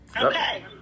Okay